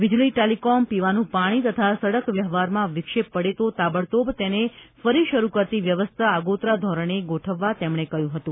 વીજળી ટેલીકોમ પીવાનું પાણી તથા સડક વ્યવહારમાં વિક્ષેપ પડે તો તાબડતોબ તેને ફરી શરૂ કરતી વ્યવસ્થા આગોતરા ધોરણે ગોઠવવા તેમણે કહ્યું હતું